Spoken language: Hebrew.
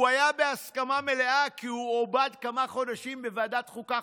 הוא היה בהסכמה מלאה כי הוא עובד כמה חודשים בוועדת חוקה,